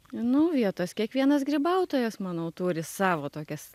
nu vietas kiekvienas grybautojas manau turi savo tokias